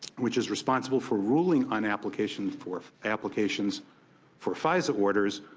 which is responsible for ruling on applications for applications for fisa orders,